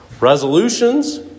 Resolutions